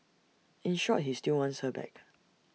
in short he still wants her back